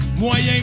moyen